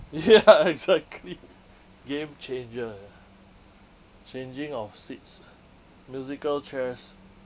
ya exactly game changer changing of seats musical chairs